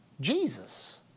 Jesus